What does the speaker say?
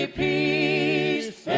peace